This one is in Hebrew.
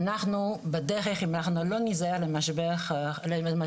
אנחנו בדרך אם אנחנו לא ניזהר ממשבר החשמל,